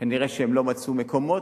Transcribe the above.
כנראה שהם לא מצאו מקומות,